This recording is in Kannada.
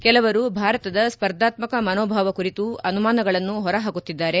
ಕೆಲವರು ಭಾರತದ ಸ್ಪರ್ಧಾತ್ಮಾಕ ಮನೋಭಾವ ಕುರಿತು ಅನುಮಾನಗಳನ್ನು ಹೊರಪಾಕುತ್ತಿದ್ದಾರೆ